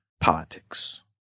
politics